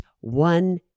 one